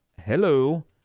hello